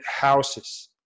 houses